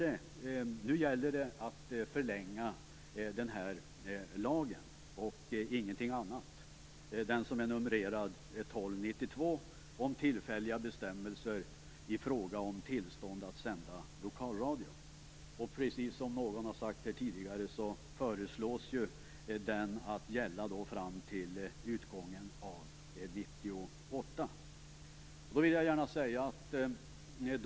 Det gäller nu en förlängning av lagen 1995:1292 om tillfälliga bestämmelser i fråga om tillstånd att sända lokalradio, ingenting annat. Som sagts här tidigare föreslås den få gälla fram till utgången av 1998.